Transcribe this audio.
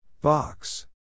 Box